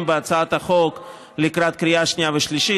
בהצעת החוק לקראת קריאה שנייה ושלישית.